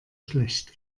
schlecht